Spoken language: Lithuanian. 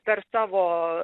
per savo